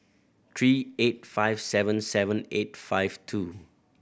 three eight five seven seven eight five two